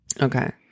Okay